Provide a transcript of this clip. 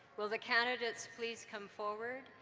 will the candidates please come forward?